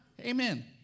Amen